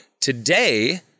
today